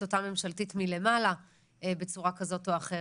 אותה ממשלתית מלמעלה בצורה כזאת או אחרת.